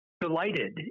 delighted